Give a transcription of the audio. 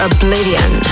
Oblivion